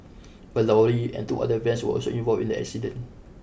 a lorry and two other vans were also involved in the accident